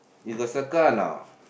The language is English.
you got circle or not